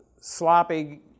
sloppy